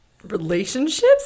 Relationships